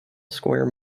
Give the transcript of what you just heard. square